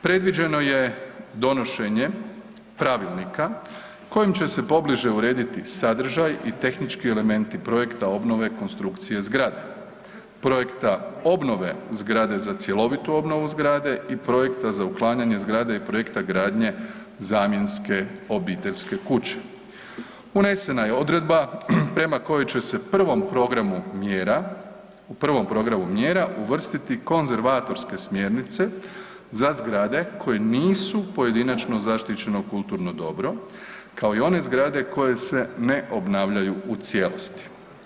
Predviđeno je donošenje pravilnika kojim će se pobliže urediti sadržaj i tehnički elementi projekta obnove konstrukcije zgrade, projekta obnove zgrade za cjelovitu obnovu zgrade i projekta za uklanjanje zgrade i projekta gradnje zamjenske obiteljske kuće unesena je odredba prema kojoj će se prvom programu mjera, prvom programu mjera uvrstiti konzervatorske smjernice za zgrade koje nisu pojedinačno zaštićeno kulturno dobro, kao i one zgrade koje se ne obnavljaju u cijelosti.